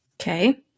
Okay